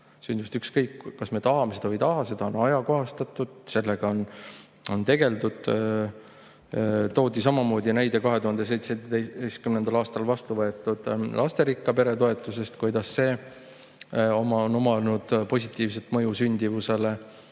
sündimust, ükskõik, kas me tahame seda või ei taha. Seda on ajakohastatud, sellega on tegeldud. Toodi ka näide 2017. aastal vastu võetud lasterikka pere toetusest, kuidas sel on olnud positiivne mõju sündimusele,